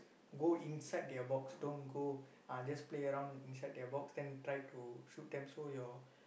go inside their box don't go ah just play around inside their box then try to shoot them so your